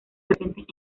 presentes